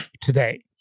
today